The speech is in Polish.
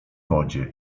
wodzie